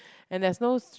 and there's no